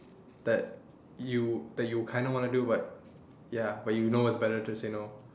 that you that you kind of want to do but ya but you know it's better to say no